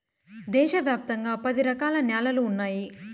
దేశ వ్యాప్తంగా పది రకాల న్యాలలు ఉన్నాయి